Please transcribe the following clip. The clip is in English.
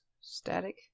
static